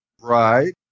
Right